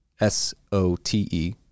S-O-T-E